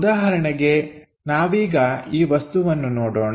ಉದಾಹರಣೆಗೆ ನಾವೀಗ ಈ ವಸ್ತುವನ್ನು ನೋಡೋಣ